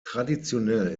traditionell